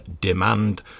Demand